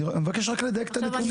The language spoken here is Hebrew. אני מבקש רק לדייק את הנתונים.